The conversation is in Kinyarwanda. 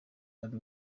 ari